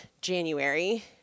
January